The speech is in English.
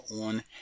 on